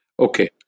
Okay